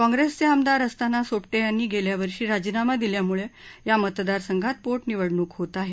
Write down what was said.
काँग्रेसचे आमदार असताना सोप्टे यांनी गेल्या वर्षी राजीनामा दिल्यामुळे या मतदारसंघात पोटनिवडणूक होत आहे